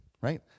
right